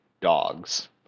dogs